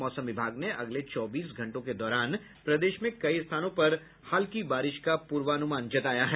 मौसम विभाग ने अगले चौबीस घंटों के दौरान प्रदेश में कई स्थानों पर हल्की बारिश का पूर्वानुमान जताया है